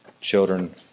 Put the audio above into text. children